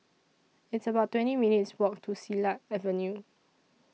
It's about twenty minutes' Walk to Silat Avenue